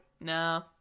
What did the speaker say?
No